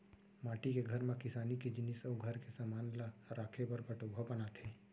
माटी के घर म किसानी के जिनिस अउ घर के समान ल राखे बर पटउहॉं बनाथे